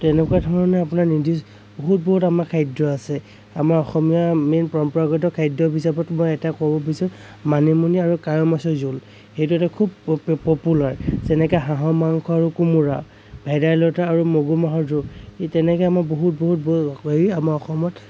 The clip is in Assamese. তেনেকুৱা ধৰণে আপোনাৰ নিৰ্দিষ্ট বহুত বহুত আমাৰ খাদ্য় আছে আমাৰ অসমীয়া মেইন পৰম্পৰাগত খাদ্য় হিচাপত মই এটা ক'ব খুজিছো মানিমুনি আৰু কাৱৈ মাছৰ জোল সেইটো এটা খুব পপ পপুলাৰ যেনেকে হাঁহৰ মাংস আৰু কোমোৰা ভেদাইলতা আৰু মগু মাহৰ জোল তেনেকে আমাৰ বহুত বহুত বহু হেৰি আমাৰ অসমত